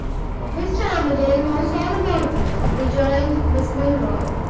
mr. armadale knows all about it, rejoined miss milroy.